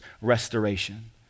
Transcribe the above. restoration